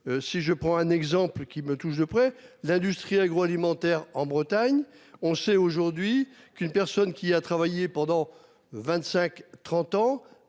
si je prends un exemple qui me touche de près. L'industrie agroalimentaire en Bretagne. On sait aujourd'hui qu'une personne qui a travaillé pendant 25 30 ans